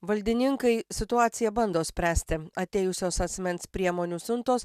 valdininkai situaciją bando spręsti atėjusios asmens priemonių siuntos